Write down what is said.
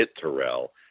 Terrell